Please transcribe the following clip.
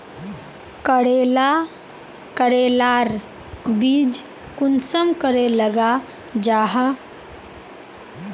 करेला करेलार बीज कुंसम करे लगा जाहा?